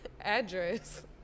address